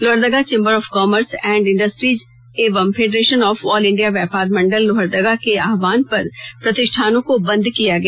Lohardaga chamber of commerce and industries एवं federation of all India व्यापार मंडल लोहरदगा के आह्वान पर प्रतिष्ठानों को बंद किया गया